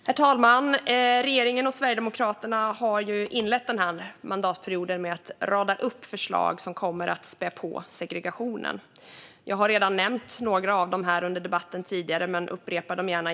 Herr talman! Regeringen och Sverigedemokraterna har inlett mandatperioden med att rada upp förslag som kommer att spä på segregationen. Jag har redan nämnt några av dem tidigare i denna debatt, men jag upprepar dem gärna.